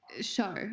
show